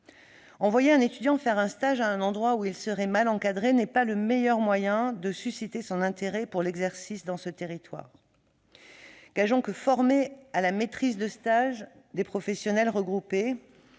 Envoyer un étudiant faire un stage à un endroit où il serait mal encadré n'est pas le meilleur moyen de susciter son intérêt pour l'exercice dans ce territoire. Gageons qu'il sera plus efficace de former à la maîtrise de stage des professionnels regroupés